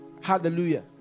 Hallelujah